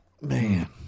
Man